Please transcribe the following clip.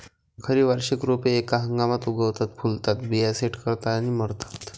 खरी वार्षिक रोपे एका हंगामात उगवतात, फुलतात, बिया सेट करतात आणि मरतात